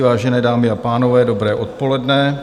Vážené dámy a pánové, dobré odpoledne.